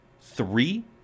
three